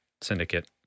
syndicate